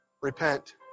Repent